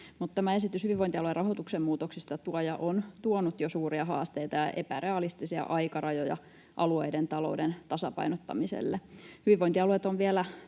Tämä esitys hyvinvointialueiden rahoituksen muutoksista tuo ja on tuonut jo suuria haasteita ja epärealistisia aikarajoja alueiden talouden tasapainottamiselle.